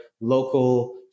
local